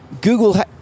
Google